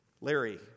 Larry